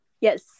Yes